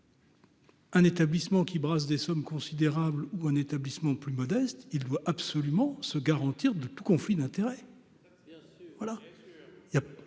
Un établissement qui brassent des sommes considérables ou un établissement plus modestes, il doit absolument se garantir de tout conflit d'intérêts,